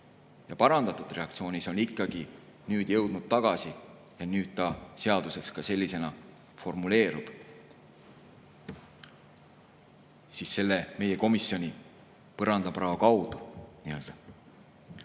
ja parandatud redaktsioonis, on jõudnud tagasi ja nüüd ta seaduseks ka sellisena formuleerub, selle meie komisjoni põrandaprao kaudu.